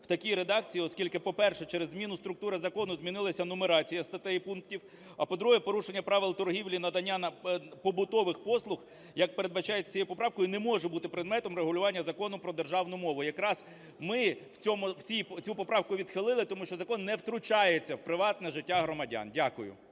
в такій редакції, оскільки, по-перше, через зміну структури закону змінилася нумерація статтей і пунктів; а, по-друге, порушення правил торгівлі, надання побутових послуг, як передбачається цією поправкою, не може бути предметом регулювання Закону про державну мову. Якраз ми цю поправку відхилили, тому що закон не втручається в приватне життя громадян. Дякую.